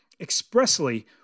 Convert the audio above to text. expressly